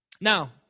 Now